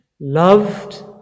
Loved